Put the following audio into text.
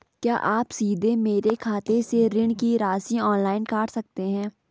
क्या आप सीधे मेरे खाते से ऋण की राशि ऑनलाइन काट सकते हैं?